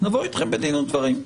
- נבוא אתכם בדין ודברים.